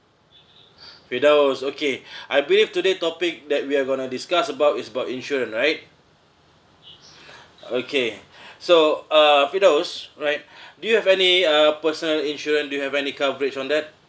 firdaus okay I believe today topic that we're going to discuss about is about insurance right okay so uh firdaus right do you have any uh personal insurance do you have any coverage on that